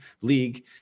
league